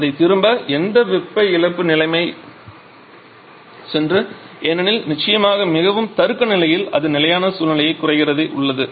அதை திரும்ப எந்த வெப்ப இழப்பு நிலைமை சென்று ஏனெனில் நிச்சயமாக மிகவும் தருக்க நிலையில் அது நிலையான சூழ்நிலையில் குறைந்து உள்ளது